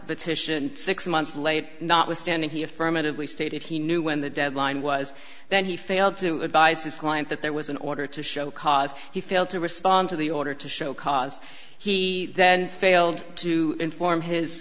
the petition six months late not withstanding he affirmatively stated he knew when the deadline was that he failed to advise his client that there was an order to show cause he failed to respond to the order to show cause he then failed to inform his